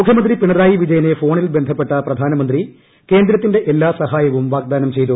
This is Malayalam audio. മുഖ്യമന്ത്രി പിണറായി വിജയനെ ഫോണിൽ ബന്ധപ്പെട്ട പ്രധാനമന്ത്രി കേന്ദ്രത്തിന്റെ എല്ലാ സഹായവും വാഗ്ദാനം ചെയ്തു